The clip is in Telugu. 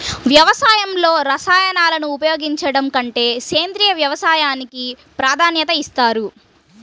వ్యవసాయంలో రసాయనాలను ఉపయోగించడం కంటే సేంద్రియ వ్యవసాయానికి ప్రాధాన్యత ఇస్తారు